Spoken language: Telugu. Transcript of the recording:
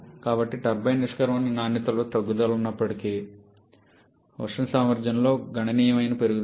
కాబట్టి టర్బైన్ నిష్క్రమణ నాణ్యతలో తగ్గుదల ఉన్నప్పటికీ ఉష్ణ సామర్థ్యంలో గణనీయమైన పెరుగుదల ఉంది